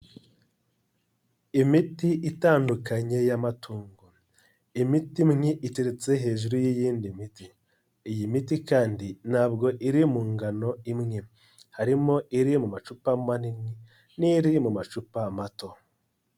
Imiti itandukanye y'amatungo, imiti iteretse hejuru y'iyindi miti. Iyi miti kandi ntabwo iri mu ngano imwe, harimo iri mu macupa manini n'iri mu macupa mato.